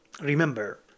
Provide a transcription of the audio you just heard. remember